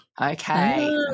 Okay